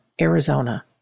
Arizona